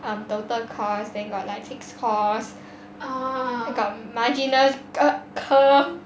um total cost then got like fix cause got marginal curve